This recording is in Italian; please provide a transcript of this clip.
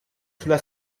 sulla